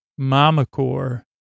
Mamacore